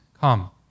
come